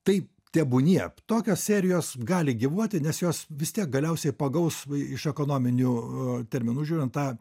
tai tebūnie tokios serijos gali gyvuoti nes jos vis tiek galiausiai pagaus iš ekonominių terminų žiūrint tą